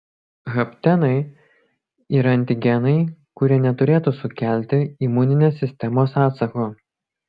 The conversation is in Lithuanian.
haptenai yra antigenai kurie neturėtų sukelti imuninės sistemos atsako